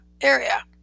area